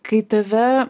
kai tave